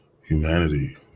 humanity